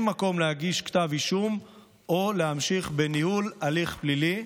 מקום להגיש כתב אישום או להמשיך בניהול הליך פלילי,